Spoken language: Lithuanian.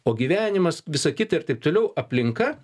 o gyvenimas visa kita ir taip toliau aplinka